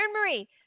Marie